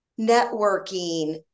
networking